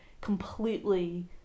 completely